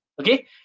Okay